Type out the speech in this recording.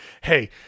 hey